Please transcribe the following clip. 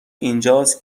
اینجاست